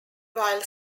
while